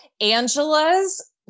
Angela's